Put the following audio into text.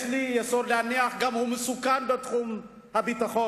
יש לי יסוד להניח שהוא מסוכן גם בתחום הביטחון.